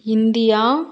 India